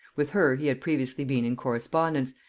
with her he had previously been in correspondence,